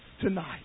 tonight